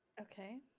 Okay